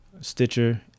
Stitcher